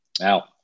now